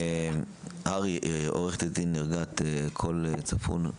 עו"ד ערגת כל צפון.